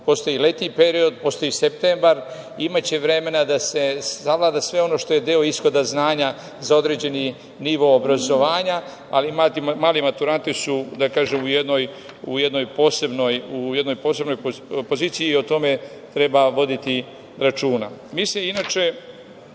postoji letnji period, postoji septembar, imaće vremena da se savlada sve ono što je deo ishoda znanja za određeni nivo obrazovanja, ali mali maturanti su u jednoj posebnoj poziciji i o tome treba voditi računa. Zato sam